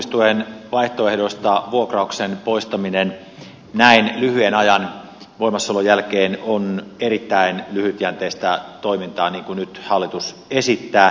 luopumistuen vaihtoehdoista vuokrauksen poistaminen näin lyhyen ajan voimassaolon jälkeen on erittäin lyhytjänteistä toimintaa niin kuin nyt hallitus esittää